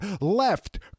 Left